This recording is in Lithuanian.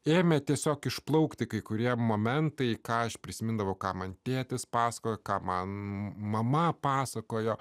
ėmė tiesiog išplaukti kai kurie momentai ką aš prisimindavo ką man tėtis pasakojo ką man mama pasakojo